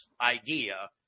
idea